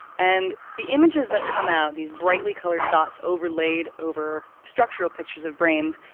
and the images that come out, these brightly coloured dots overlaid over structural pictures of brains,